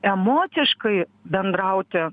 emociškai bendrauti